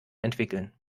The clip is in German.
entwickeln